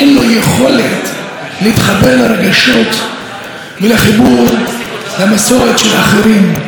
חבל שראש הממשלה לא עושה מאמץ להיות ראש הממשלה של כלל אזרחי ישראל.